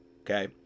Okay